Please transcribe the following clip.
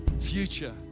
future